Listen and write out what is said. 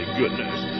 goodness